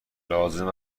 لازم